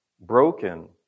broken